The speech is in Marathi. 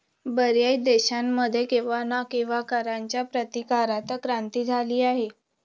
बर्याच देशांमध्ये केव्हा ना केव्हा कराच्या प्रतिकारात क्रांती झाली आहे